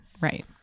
right